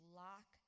lock